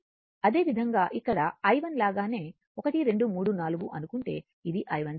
అదేవిధంగా ఇక్కడ i1 లాగానే 1 2 3 4 అనుకుంటే ఇది i1 2